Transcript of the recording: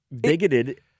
bigoted